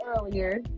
earlier